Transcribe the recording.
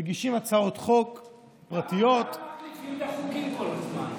מגישים הצעות חוק פרטיות, למה אמרתם, כל הזמן?